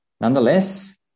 Nonetheless